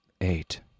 Eight